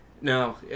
No